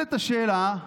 נשאלת השאלה: